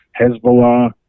Hezbollah